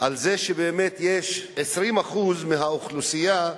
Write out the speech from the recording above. על זה שבאמת יש 20% מהאוכלוסייה,